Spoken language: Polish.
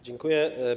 Dziękuję.